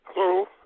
Hello